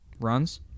runs